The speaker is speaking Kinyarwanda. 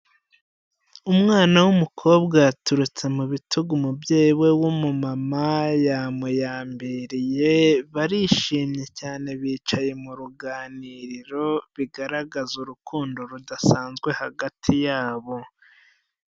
Umwana w'umukobwa yaturutse mu bitugu umubyeyi we w'umumama, yamuyambereye, barishimye cyane bicaye mu ruganiriro, bigaragaza urukundo rudasanzwe hagati yabo.